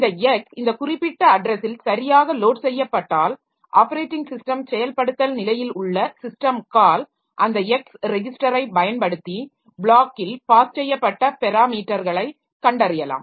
இந்த X இந்த குறிப்பிட்ட அட்ரஸில் சரியாக லோட் செய்யப்பட்டால் ஆப்பரேட்டிங் ஸிஸ்டம் செயல்படுத்தல் நிலையில் உள்ள சிஸ்டம் கால் அந்த X ரெஜிஸ்டரைப் பயன்படுத்தி ப்ளாக்கில் பாஸ் செய்யப்பட்ட பெராமீட்டர்களை கண்டறியலாம்